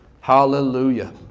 Hallelujah